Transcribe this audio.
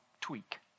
tweak